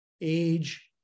age